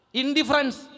indifference